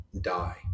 die